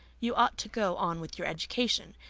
you ought to go on with your education.